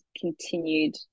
continued